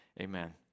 amen